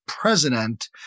president